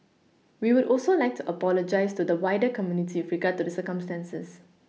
we would also like to apologise to the wider community with regard to the circumstances